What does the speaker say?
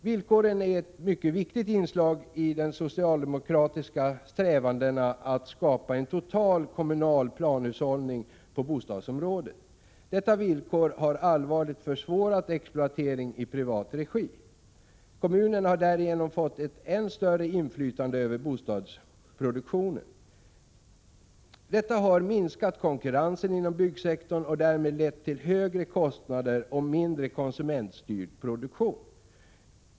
Villkoren är ett mycket viktigt inslag i de socialdemokratiska strävandena att skapa en total kommunal planhushållning på bostadsområdet. Detta villkor har allvarligt försvårat exploatering i privat regi. Kommunerna har därigenom fått ett än större inflytande över bostadsproduktionen. Detta har minskat konkurrensen inom byggsektorn och därmed lett till högre kostnader och mindre konsumentstyrd produktion.